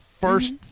first